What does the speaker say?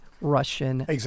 Russian